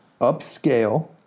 upscale